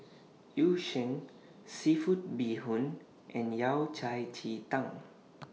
Yu Sheng Seafood Bee Hoon and Yao Cai Ji Tang